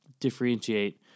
differentiate